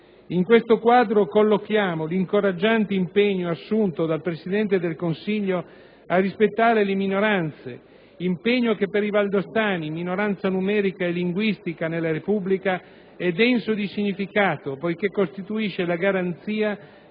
In questo quadro collochiamo l'incoraggiante impegno assunto dal Presidente del Consiglio a rispettare le minoranze. Tale impegno per i valdostani, minoranza numerica e linguistica nella Repubblica, è denso di significato, poiché costituisce la garanzia